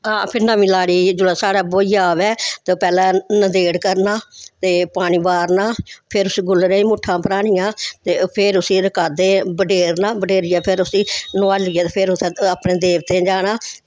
हां फिर नमीं लाड़ी जेल्लै साढ़े ब्होइयै आवै ते पैह्लें नदेड़ करना ते पानी बारना फिर उस्सी गुलरै दियां मुट्ठा भरानियां ते फिर उस्सी रकादे बडेरना बडेरियै फिर उसी नुआलियै ते फिर अपने देबतें गी जाना